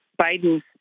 Biden's